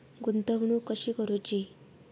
गुंतवणूक कशी करूची?